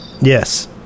Yes